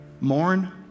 mourn